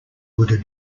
would